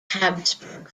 habsburg